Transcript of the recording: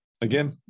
again